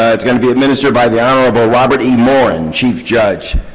ah it's going to be administered by the honorable robert e. morin, chief judge,